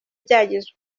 byagizwe